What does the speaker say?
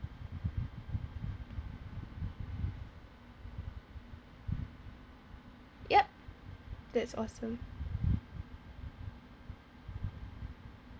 yup that's awesome